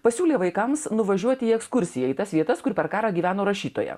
pasiūlė vaikams nuvažiuoti į ekskursiją į tas vietas kur per karą gyveno rašytoja